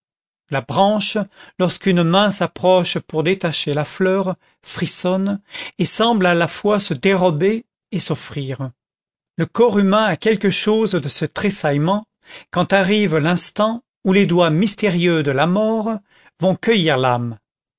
la branche lorsqu'une main s'approche pour détacher la fleur frissonne et semble à la fois se dérober et s'offrir le corps humain a quelque chose de ce tressaillement quand arrive l'instant où les doigts mystérieux de la mort vont cueillir l'âme